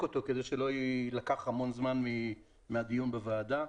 אותו כדי שלא יילקח זמן רב מהדיון בוועדה.